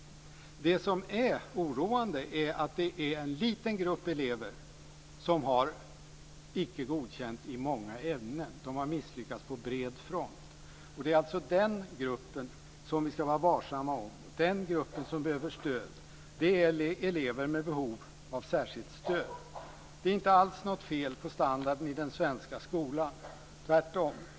Det som är oroande är att en liten grupp elever har icke godkänt i många ämnen. De har misslyckats på bred front. Det är den gruppen vi ska vara varsamma om. Det är den gruppen som behöver stöd. Det är elever med behov av särskilt stöd. Det är inte alls något fel på standarden i den svenska skolan. Tvärtom.